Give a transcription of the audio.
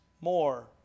more